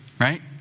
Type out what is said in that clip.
Right